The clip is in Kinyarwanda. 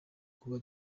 kuba